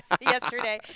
yesterday